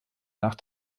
nach